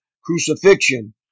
Crucifixion